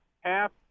half –